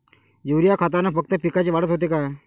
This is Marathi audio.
युरीया खतानं फक्त पिकाची वाढच होते का?